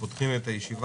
אנחנו פותחים את הישיבה.